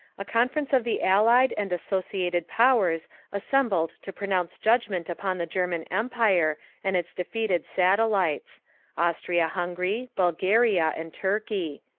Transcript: a conference of the allied and associated powers assembled to pronounce judgment upon the german empire and its defeated satellites austria-hungary, bulgaria, and turkey.